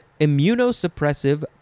immunosuppressive